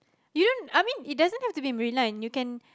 you don't I mean it doesn't have to be marine line you can